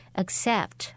accept